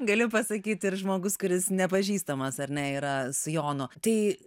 galiu pasakyti ir žmogus kuris nepažįstamas ar ne yra su jonu tai